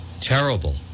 Terrible